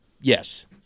Yes